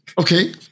Okay